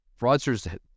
fraudsters